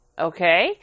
Okay